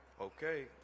Okay